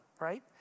right